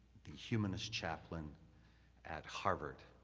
the humanist chaplain at harvard.